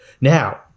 Now